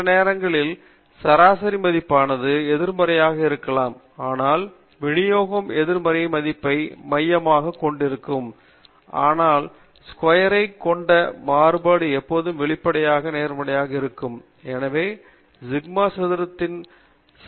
சில நேரங்களில் சராசரி மதிப்பானது எதிர்மறையாக இருக்கலாம் ஆனால் விநியோகம் எதிர்மறையான மதிப்பை மையமாகக் கொண்டிருக்கும் ஆனால் சிக்மா ஸ்கொயரைக் கொண்ட மாறுபாடு எப்போதும் வெளிப்படையாக நேர்மறையாக இருக்கிறது எனவே சிக்மா சதுரத்தின் சதுர ரூட் சிக்மா அல்லது தரநிலையாக அழைக்கப்படுகிறது விலகல் நேர்மறையானது